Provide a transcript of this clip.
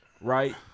right